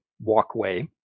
walkway